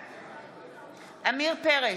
בעד עמיר פרץ,